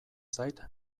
zait